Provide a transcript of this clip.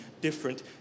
different